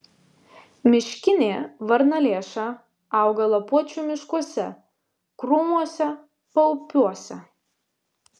miškinė varnalėša auga lapuočių miškuose krūmuose paupiuose